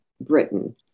Britain